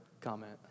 comment